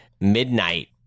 midnight